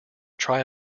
try